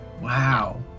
Wow